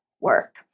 work